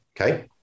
Okay